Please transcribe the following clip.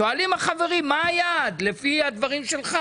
שואלים החברים מה היעד לפי הדברים שלך.